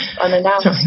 unannounced